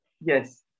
Yes